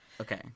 Okay